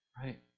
Right